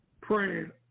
praying